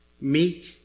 meek